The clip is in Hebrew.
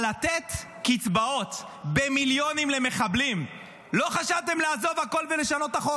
על לתת קצבאות במיליונים למחבלים לא חשבתם לעזוב הכול ולשנות את החוק?